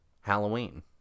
Halloween